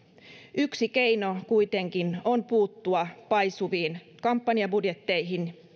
yksi keino kuitenkin on puuttua paisuviin kampanjabudjetteihin